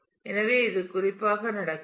எனவே இது குறிப்பாக நடக்கிறது